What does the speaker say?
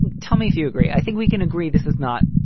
tell me if you agree. i think we can agree this is not.